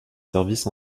services